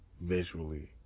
visually